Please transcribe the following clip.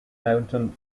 mountain